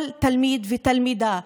כל תלמיד ותלמידה,